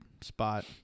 spot